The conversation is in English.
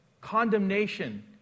condemnation